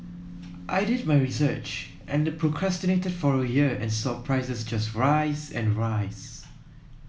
I did my research and procrastinated for a year and saw prices just rise and rise